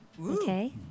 okay